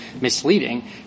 misleading